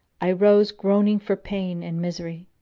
i rose, groaning for pain and misery,